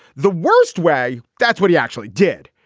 the worst way. that's what he actually did,